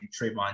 Trayvon